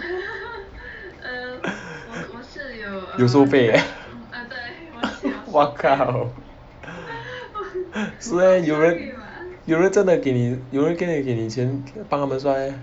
有收费 ah wa cow 是 meh 有人有人真的给你有人真的给你钱帮他们算 meh